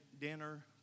dinner